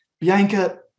Bianca